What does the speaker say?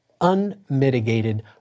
unmitigated